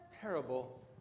terrible